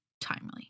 timely